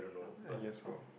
uh yes lor